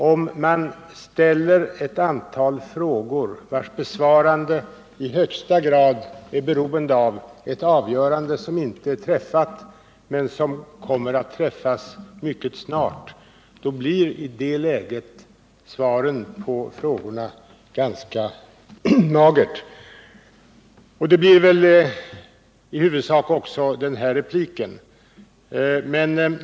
Om man ställer ett antal frågor, vilkas besvarande i högsta grad är beroende av ett avgörande som inte är träffat men kommer att träffas mycket snart, blir i det läget svaret på frågorna ganska magert. Det blir väl i huvudsak också den här repliken.